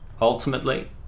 ultimately